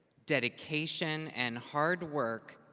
dedication and hard work,